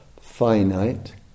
finite